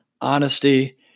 honesty